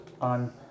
on